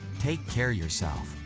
take care yourself.